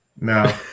No